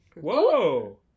Whoa